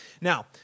Now